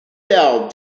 sell